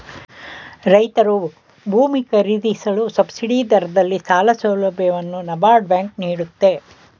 ರೈತ್ರು ಭೂಮಿ ಖರೀದಿಸಲು ಸಬ್ಸಿಡಿ ದರದಲ್ಲಿ ಸಾಲ ಸೌಲಭ್ಯವನ್ನು ನಬಾರ್ಡ್ ಬ್ಯಾಂಕ್ ನೀಡುತ್ತೆ